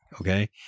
okay